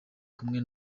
kumwe